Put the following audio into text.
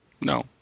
No